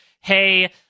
hey